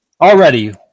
Already